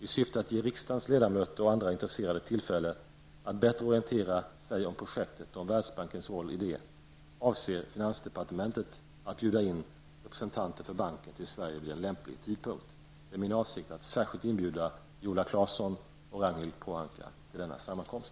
I syfte att ge riksdagens ledamöter och andra intresserade tillfälle att bättre orientera sig om projektet och Världsbankens roll i det sammanhanget avser finansdepartementet att bjuda in representanter för banken till Sverige vid en lämplig tidpunkt. Det är min avsikt att särskilt inbjuda Viola Claesson och Ragnhild Pohanka till denna sammankomst.